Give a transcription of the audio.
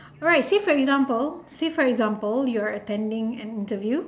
right say for example say for example you're attending an interview